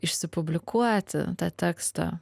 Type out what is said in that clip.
išsipublikuoti tą tekstą